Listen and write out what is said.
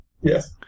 Yes